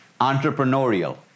entrepreneurial